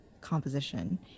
composition